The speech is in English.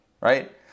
right